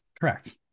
Correct